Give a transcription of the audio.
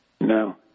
No